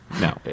no